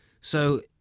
So